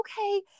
okay